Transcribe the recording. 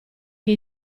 che